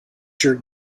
your